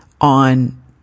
on